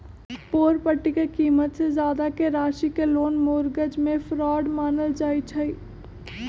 property के कीमत से जादा के राशि के लोन मोर्गज में फरौड मानल जाई छई